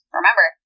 Remember